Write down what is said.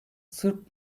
sırp